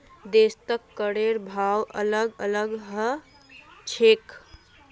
देशत करेर भाव अलग अलग ह छेक